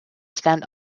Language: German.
stand